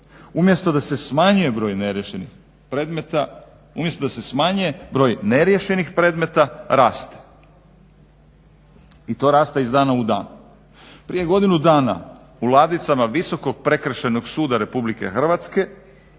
Umjesto da se smanjuje broj neriješenih predmeta raste. I to raste iz dana u dan. Prije godinu dana u ladicama Visokog prekršajnog suda Republike Hrvatske